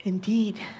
indeed